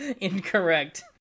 incorrect